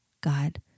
God